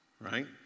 right